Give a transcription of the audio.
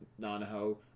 Nanaho